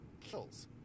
kills